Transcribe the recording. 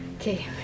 Okay